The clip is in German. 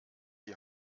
die